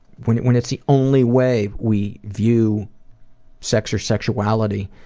when when it's the only way we view sex or sexuality,